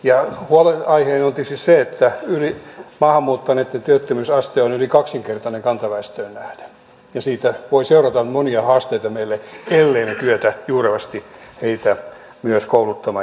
huolenaiheeni on tietysti se että maahan muuttaneitten työttömyysaste on yli kaksinkertainen kantaväestöön nähden ja siitä voi seurata monia haasteita meille ellemme me kykene juurevasti heitä myös kouluttamaan ja työllistämään